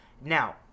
Now